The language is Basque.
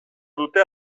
dute